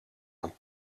dan